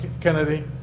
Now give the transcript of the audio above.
Kennedy